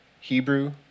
Hebrew